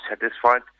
satisfied